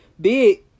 big